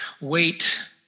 wait